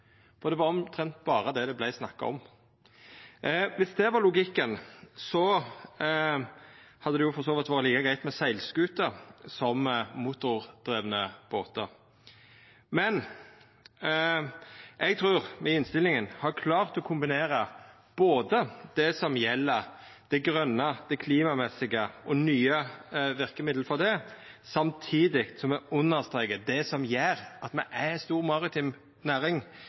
Det var omtrent berre det det vart snakka om. Viss det var logikken, hadde det for så vidt vore like greitt med seglskuter som med motordrivne båtar. Men eg trur me i innstillinga har klart å understreka det som gjeld det grøne, det som gjeld klima og nye verkemiddel for det, samtidig som me understrekar det som gjer at me har ei stor maritim næring